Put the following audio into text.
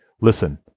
listen